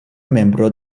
membro